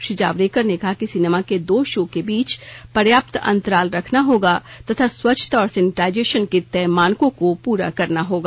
श्री जावडेकर ने कहा कि सिनेमा के दो शो के बीच पर्याप्त अंतराल रखना होगा तथा स्वच्छता और सेनिटाइजेशन के तय मानकों को पूरा करना होगा